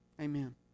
Amen